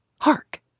Hark